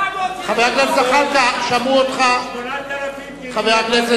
400 ילדים, חבר הכנסת